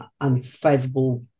unfavorable